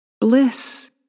Bliss